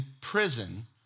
prison